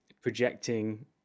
projecting